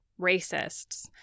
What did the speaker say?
racists